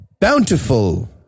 bountiful